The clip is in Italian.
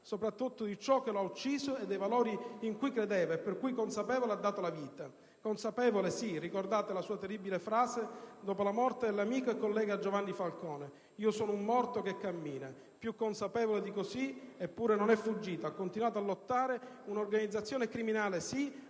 soprattutto di ciò che lo ha ucciso e dei valori in cui credeva e per cui, consapevole, ha dato la vita. Consapevole, sì. Ricordate la sua terribile frase dopo la morte dell'amico e collega Falcone: «Io sono un morto che cammina». Non poteva essere più consapevole di così, eppure non è fuggito, ha continuato a lottare contro un'organizzazione criminale,